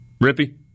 Rippy